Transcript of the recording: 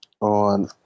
on